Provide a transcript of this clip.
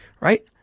Right